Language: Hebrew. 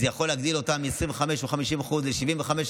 זה יכול להגדיל להם מ-25% או 50% ל-75%,